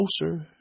closer